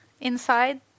inside